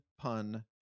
pun